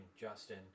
Justin